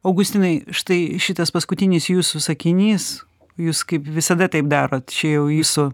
augustinai štai šitas paskutinis jūsų sakinys jūs kaip visada taip darote čia jau jūsų